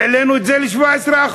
העלינו את זה ל-17%,